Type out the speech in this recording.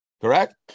Correct